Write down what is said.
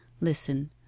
listen